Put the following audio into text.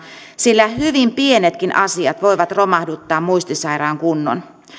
sillä hyvin pienetkin asiat voivat romahduttaa muistisairaan kunnon